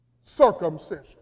circumcision